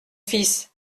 fils